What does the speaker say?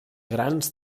grans